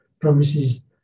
promises